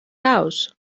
house